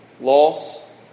Loss